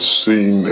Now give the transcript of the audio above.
seen